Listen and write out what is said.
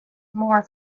more